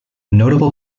notable